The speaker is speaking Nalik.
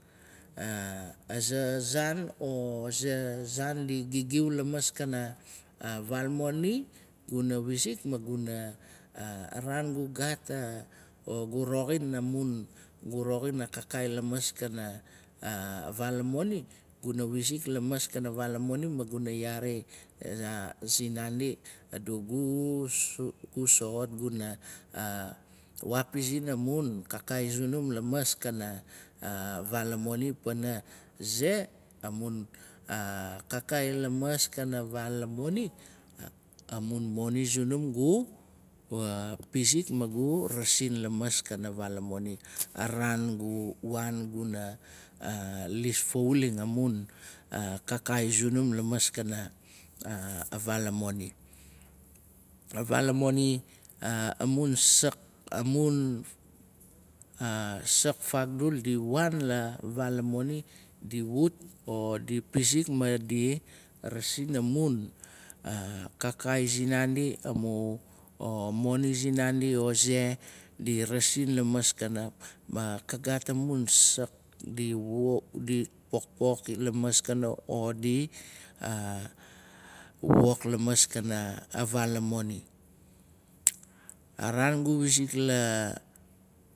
Aza zaan, o aza zaan. di gigiu lamaskana vaal moni. guna wizik maguna a raan gu gaat o gu. roxin amun. gu roxin a kakaai lamaskana vaal moni. gu na wizik lamaskana vaal a moni. magura yaari sin naandi. adu gu soxot guna waa pizin amun kakaai zunum. lamaskana vaal a moni. Panaze. amun kakaai lamaskana vaal a moni. A raan gu waan, guna is fauling amun kakaai. Sunum. lamaskana vaat moni. A vaal amoni. amun sak amun sak. fakdul la vaal a moni. Di wut o di pizik madi rasin amun kakaai sinaandi o moni zin naandio ze di rasin lamaskana. Ma kagaat amun sak di wok adi pokpok. lamaskana o di wok lamaskana. vaal a moni.